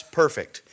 perfect